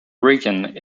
rican